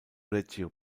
reggio